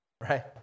right